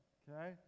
okay